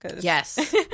Yes